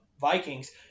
Vikings